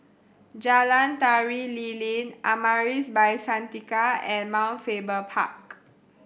Jalan Tari Lilin Amaris By Santika and Mount Faber Park